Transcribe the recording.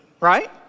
right